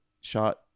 shot